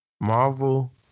Marvel